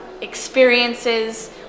experiences